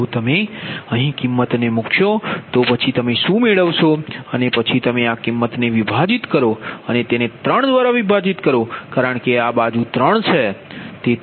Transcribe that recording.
જો તમે અહીં કિમત ને મૂકશો તો પછી તમે શું મેળવશો અને પછી તમે આ કિમતને વિભાજીત કરો અને તેને 3 દ્વારા વિભાજીત કરો કારણ કે આ બાજુ 3 λ છે